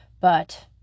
But